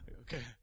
Okay